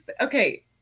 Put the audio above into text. Okay